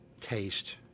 taste